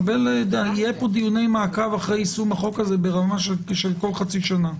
יהיו פה דיוני מעקב אחרי יישום החוק כל חצי שנה.